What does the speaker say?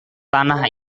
tanah